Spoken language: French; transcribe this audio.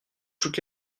toutes